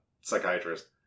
psychiatrist